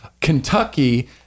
Kentucky